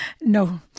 no